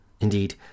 Indeed